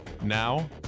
Now